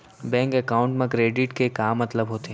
Bank account मा credit के का मतलब होथे?